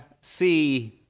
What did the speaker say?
see